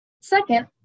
Second